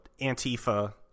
Antifa